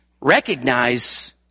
recognize